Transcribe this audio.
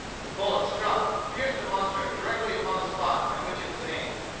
the bullet struck and pierced the monster directly upon the spot at which it was aimed.